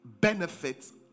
benefits